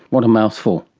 what a mouthful.